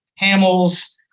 Hamels